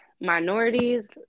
minorities